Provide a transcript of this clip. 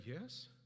Yes